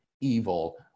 evil